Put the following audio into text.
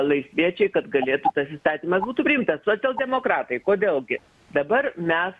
laisviečiai kad galėtų tas įstatymas būti priimtas socialdemokratai kodėl gi dabar mes